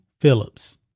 Phillips